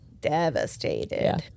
devastated